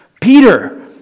Peter